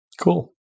Cool